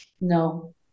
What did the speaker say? No